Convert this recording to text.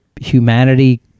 humanity